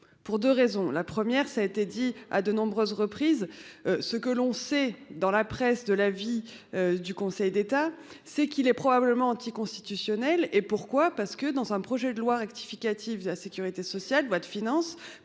pour 2 raisons, la première, ça a été dit à de nombreuses reprises. Ce que l'on sait dans la presse, de l'avis du Conseil d'État, c'est qu'il est probablement anticonstitutionnelle et pourquoi parce que dans un projet de loi rectificatif de la Sécurité sociale doit de finances.